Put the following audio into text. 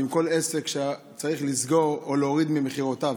ועם כל עסק שצריך לסגור או להוריד ממכירותיו.